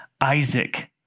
Isaac